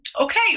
Okay